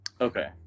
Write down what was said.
Okay